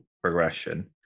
progression